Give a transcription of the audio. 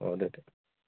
ꯑꯣ ꯑꯗꯨꯗꯤ